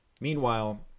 Meanwhile